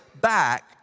back